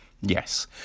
Yes